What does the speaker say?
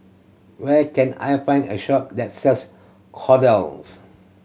where can I find a shop that sells Kordel's